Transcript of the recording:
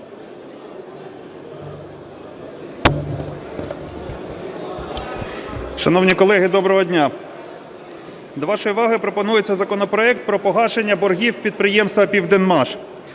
Шановні колеги, доброго дня! До вашої уваги пропонується законопроект про погашення боргів підприємства "Південмаш".